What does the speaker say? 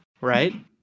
right